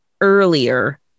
earlier